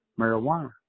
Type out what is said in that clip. marijuana